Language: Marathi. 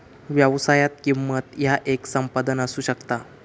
व्यवसायात, किंमत ह्या येक संपादन असू शकता